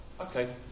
Okay